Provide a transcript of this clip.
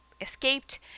escaped